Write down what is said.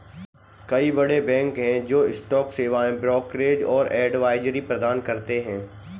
कई बड़े बैंक हैं जो स्टॉक सेवाएं, ब्रोकरेज और एडवाइजरी प्रदान करते हैं